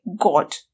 God